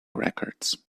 records